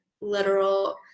literal